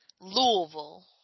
Louisville